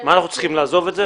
מה אנחנו צריכים, לעזוב את זה?